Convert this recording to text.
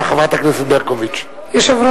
את שיתוף הפעולה והערבות ההדדית שבין המדינות.